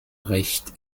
recht